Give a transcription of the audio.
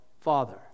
Father